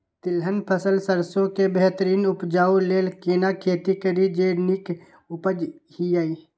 तिलहन फसल सरसों के बेहतरीन उपजाऊ लेल केना खेती करी जे नीक उपज हिय?